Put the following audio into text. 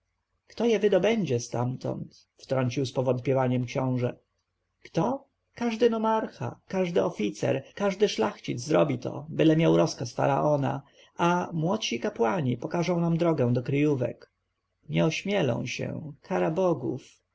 kto je wydobędzie stamtąd wtrącił z powątpiewaniem książę kto każdy nomarcha każdy oficer każdy szlachcic zrobi to byle miał rozkaz faraona a młodsi kapłani pokażą nam drogę do kryjówek nie ośmielą się kara bogów